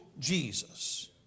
Jesus